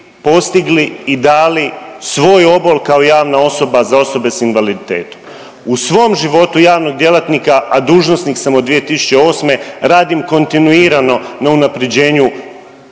postigli i dali svoj obol kao javna osoba za osobe sa invaliditetom. U svom životu javnog djelatnika, a dužnosnik sam od 2008. radim kontinuirano na unapređenju